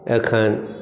एखनि